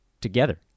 together